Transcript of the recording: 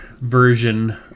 version